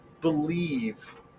believe